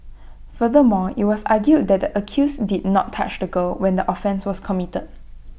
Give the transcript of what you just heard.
furthermore IT was argued that the accused did not touch the girl when the offence was committed